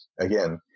Again